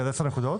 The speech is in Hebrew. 8 נקודות?